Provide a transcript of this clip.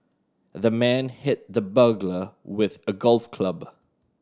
the man hit the burglar with a golf club